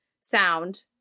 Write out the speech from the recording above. sound